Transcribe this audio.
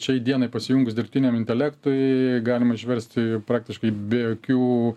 šiai dienai pasijungus dirbtiniam intelektui galima išsiversti praktiškai be jokių